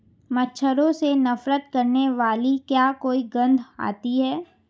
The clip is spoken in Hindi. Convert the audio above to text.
मच्छरों से नफरत करने वाली क्या कोई गंध आती है?